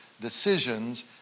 decisions